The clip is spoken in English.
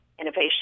innovation